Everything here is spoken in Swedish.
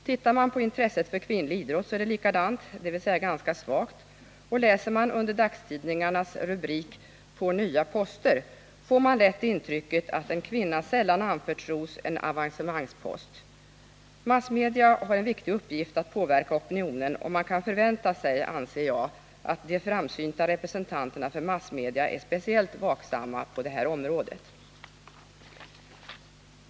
Tittar man på intresset för kvinnlig idrott så är det likadant, dvs. ganska svagt, och läser man under dagstidningarnas rubrik På nya poster, får man lätt intrycket att en kvinna sällan anförtros en avancemangspost. Massmedia har en viktig uppgift att påverka opinionen, och man kan förvänta sig, anser jag, att de framsynta representanterna för massmedia är speciellt vaksamma på det här området.